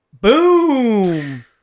boom